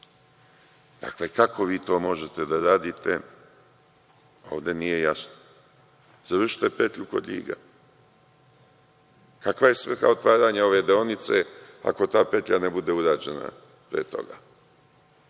Dakle, kako vi to možete da radite ovde nije jasno. Završite petlju kod Ljiga. Kakva je svrha otvaranja ove deonice, ako ta petlja ne bude urađena pre toga?